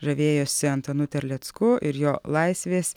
žavėjosi antanu terlecku ir jo laisvės